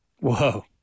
Whoa